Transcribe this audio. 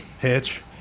Hitch